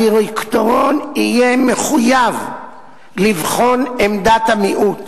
הדירקטוריון יהיה מחויב לבחון עמדת המיעוט